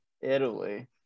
Italy